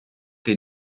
che